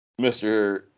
mr